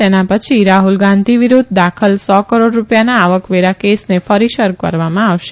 તેના પછી રાહુલ ગાંધી વિરુધ્ધ દાખલ સો કરોડ રુપિયાના આવકવેરા કેસને ફરી શરૂ કરવામાં આવશે